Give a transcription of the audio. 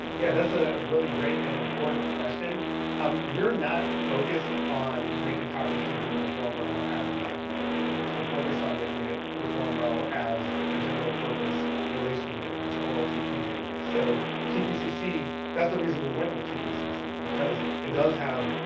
yeah, that's a really great and important question um we're not focused on making cockroach to be perform. well as a document in and database. we're focused on making it perform well as a general purpose relational database oltp database so ppcc that's the reason we went with tpcc because it does have